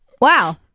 wow